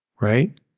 Right